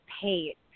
paid